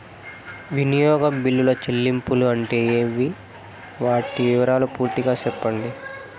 వినియోగ బిల్లుల చెల్లింపులు అంటే ఏమి? వాటి వివరాలు పూర్తిగా సెప్పండి?